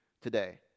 today